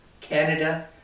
Canada